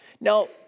Now